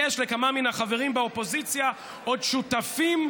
יש לכמה מן החברים באופוזיציה עוד שותפים,